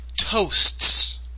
toasts